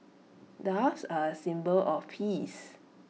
doves are A symbol of peace